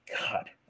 God